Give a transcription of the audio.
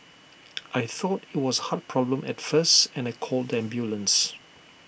I thought IT was A heart problem at first and I called the ambulance